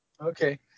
Okay